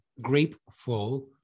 grateful